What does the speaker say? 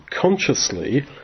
consciously